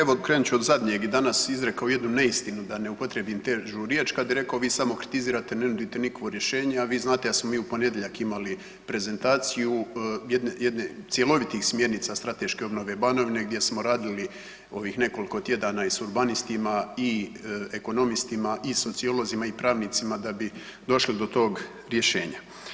Premijer evo krenut ću od zadnjeg i danas je izrekao jednu neistinu da ne upotrijebim težu riječ kad je rekao vi samo kritizirate, ne nudite nikakvo rješenje, a vi znate da smo mi u ponedjeljak imali prezentaciju cjelovitih smjernica strateške obnove Banovine gdje smo radili ovih nekoliko tjedana i sa urbanistima i ekonomistima i sociolozima i pravnicima da bi došli do tog rješenja.